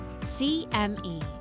CME